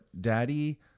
daddy